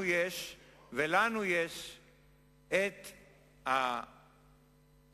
ישראל היא ארגון טרור?